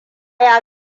ya